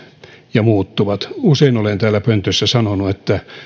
ja muuttuvat usein olen täällä pöntössä sanonut että